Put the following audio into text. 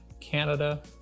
Canada